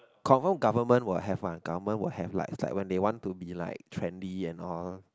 confirm government will have one government will have like it's when they want to be like trendy and all